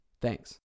Thanks